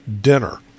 dinner